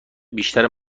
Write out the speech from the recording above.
بیشتر